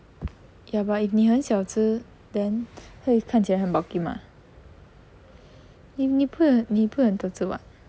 ya but if 你很小只 then 会看起来很 bulky 吗你你你不会很大只 [what]